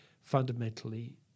fundamentally